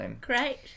Great